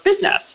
business